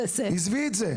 עזבי את זה.